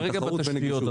כרגע בתשתיות.